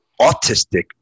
autistic